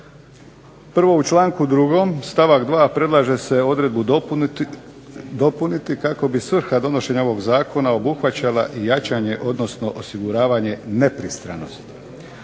Prvo, u članku 2. stavak 2. predlaže se odredbu dopuniti kako bi svrha donošenja ovog zakona obuhvaćala jačanje, odnosno osiguravanje nepristranosti.